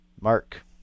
mark